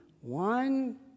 One